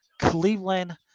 Cleveland